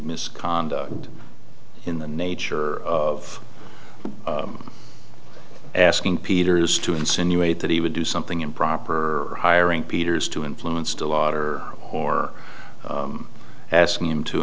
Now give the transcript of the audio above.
misconduct in the nature of asking peter is to insinuate that he would do something improper hiring peters to influenced a lot or whore asking him to